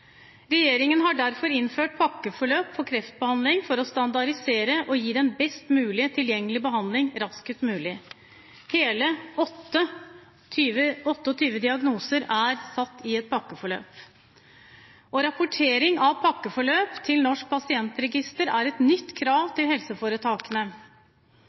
Regjeringen har derfor innført pakkeforløp for kreftbehandling for å standardisere og gi den best mulig tilgjengelige behandling raskest mulig. Hele 28 diagnoser er satt i et pakkeforløp. Rapportering av pakkeforløp til Norsk pasientregister er et nytt krav til helseforetakene.